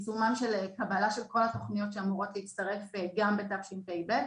קבלה של כל התוכניות שאמורות להצטרף גם בתשפ"ב.